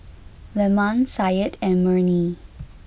Leman Syed and Murni